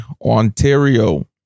Ontario